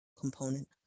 component